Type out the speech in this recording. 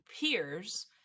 peers